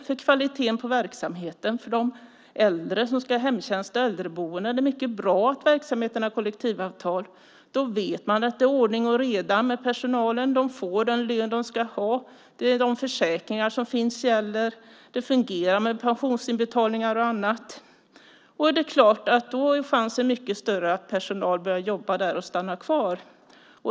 För kvaliteten på verksamheten för de äldre som ska ha hemtjänst och äldreboende är det mycket bra att verksamheten har kollektivavtal. Då vet man att det är ordning och reda med personalen. De får den lön de ska ha. De försäkringar som finns gäller. Det fungerar med pensionsinbetalningar och annat. Då är det klart att det finns en mycket större chans att personal börjar jobba där och stannar kvar.